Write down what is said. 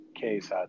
case